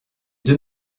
deux